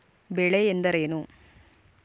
ಬೆಳೆ ಎಂದರೇನು?